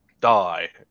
die